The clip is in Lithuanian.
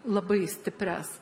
labai stiprias